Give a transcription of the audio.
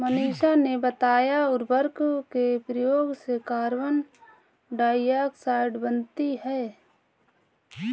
मनीषा ने बताया उर्वरक के प्रयोग से कार्बन डाइऑक्साइड बनती है